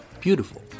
beautiful